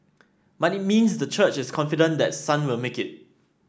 but it means the church is confident that Sun will make it